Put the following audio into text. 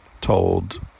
told